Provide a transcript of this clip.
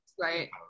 right